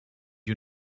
you